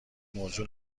موضوع